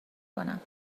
کنم